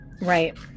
Right